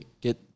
get